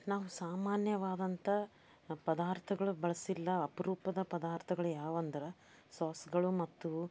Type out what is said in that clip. ನಾವು ಸಾಮಾನ್ಯವಾದಂಥ ಪದಾರ್ಥಗಳು ಬಳಸಿಲ್ಲ ಅಪರೂಪದ ಪದಾರ್ಥಗಳು ಯಾವುವು ಅಂದ್ರೆ ಸಾಸ್ಗಳು ಮತ್ತು